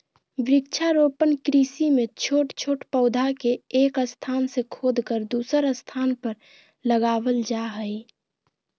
वृक्षारोपण कृषि मे छोट छोट पौधा के एक स्थान से खोदकर दुसर स्थान पर लगावल जा हई